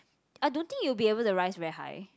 I don't think you'll be able to rise very high